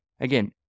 Again